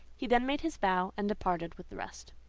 he then made his bow, and departed with the rest.